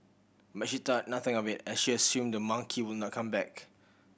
but she thought nothing of it as she assumed the monkey would not come back